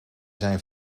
zijn